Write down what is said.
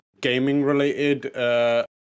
gaming-related